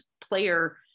player